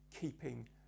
keeping